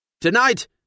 Tonight